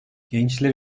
gençler